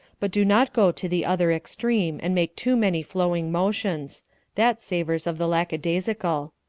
but do not go to the other extreme and make too many flowing motions that savors of the lackadaisical.